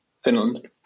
Finland